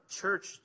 church